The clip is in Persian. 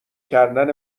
کردن